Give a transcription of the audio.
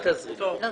אל תעזרי לי.